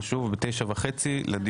הישיבה ננעלה בשעה 09:05.